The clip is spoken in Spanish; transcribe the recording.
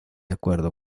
acuerdo